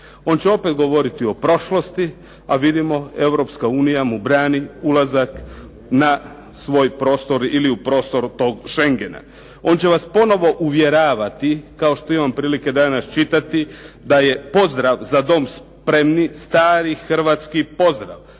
On će opet govoriti o prošlosti a vidimo Europska unija mu brani ulazak na svoj prostor ili u prostor tog šengena. On će vas ponovo uvjeravati kao što imam prilike danas čitati da je pozdrav "Za dom spremni!" stari hrvatski pozdrav.